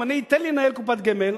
תן לי לנהל קופת גמל,